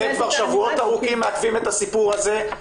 אתם כבר שבועות ארוכים מעכבים את הסיפור הזה,